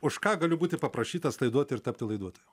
už ką galiu būti paprašytas laiduoti ir tapti laiduotoju